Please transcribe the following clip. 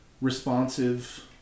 responsive